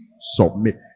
submit